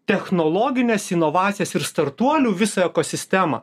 technologines inovacijas ir startuolių visą ekosistemą